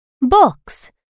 Books